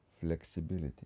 flexibility